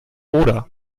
oder